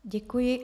Děkuji.